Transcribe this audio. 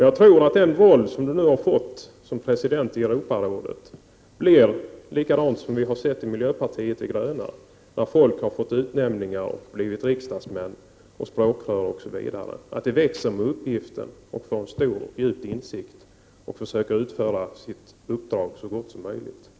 Jag tror att den roll som Anders Björck nu har blivit tilldelad, som president i Europarådet, kommer att leda till vad vi i många sammanhang kunnat märka från miljöpartiets sida, att när folk får utnämningar och blir riksdagsmän, språkrör osv., växer de med uppgiften och får en stor och djup insikt och försöker utföra sitt uppdrag så väl som möjligt.